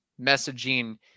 messaging